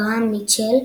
גראהם מיטשל,